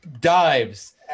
dives